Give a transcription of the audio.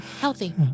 healthy